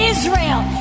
Israel